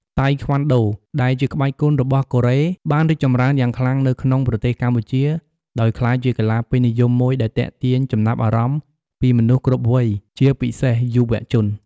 តៃក្វាន់ដូ ដែលជាក្បាច់គុនរបស់កូរ៉េ បានរីកចម្រើនយ៉ាងខ្លាំងនៅក្នុងប្រទេសកម្ពុជា ដោយក្លាយជាកីឡាពេញនិយមមួយដែលទាក់ទាញចំណាប់អារម្មណ៍ពីមនុស្សគ្រប់វ័យ ជាពិសេសយុវជន។